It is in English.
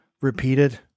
repeated